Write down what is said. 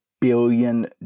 billion